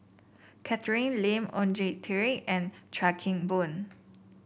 Catherine Lim Oon Jin Teik and Chuan Keng Boon